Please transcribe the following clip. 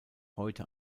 heute